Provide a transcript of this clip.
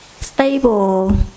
stable